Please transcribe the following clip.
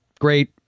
Great